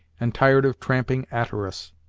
and tired of tramping a'ter us.